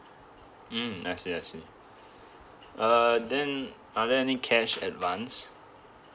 mm I see I see uh then are there any cash advance